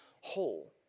whole